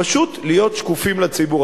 פשוט להיות שקופים לציבור,